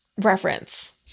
reference